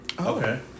okay